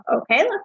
Okay